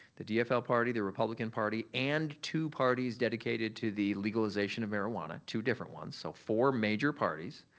the dfl party, the republican party and two parties dedicated to the legalization of marijuana, two different ones. so, four major parties.